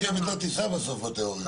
הרכבת לא תיסע בסוף בתאוריות.